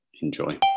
enjoy